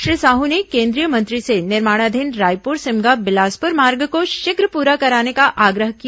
श्री साहू ने केंद्रीय मंत्री से निर्माणाधीन रायपुर सिमगा बिलासपुर मार्ग को शीघ्र पूरा कराने का आग्रह किया